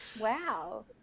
Wow